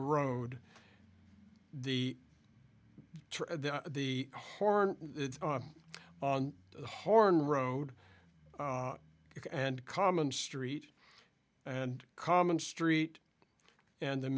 road the the horn on the horn road and common street and common street and the